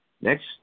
next